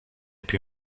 più